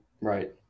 Right